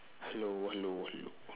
hello hello hello hell~